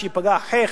שייפגע החך,